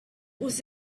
was